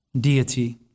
deity